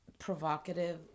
Provocative